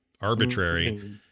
arbitrary